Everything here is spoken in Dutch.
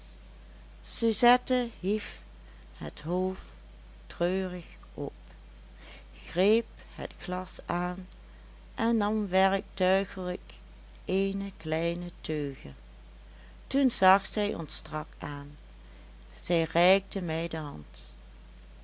suzette hief het hoofd treurig op greep het glas aan en nam werktuigelijk eene kleine teuge toen zag zij ons strak aan zij reikte mij de hand